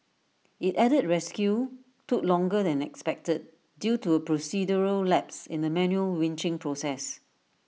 IT added rescue took longer than expected due to A procedural lapse in the manual winching process